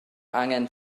angen